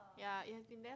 ya it has been there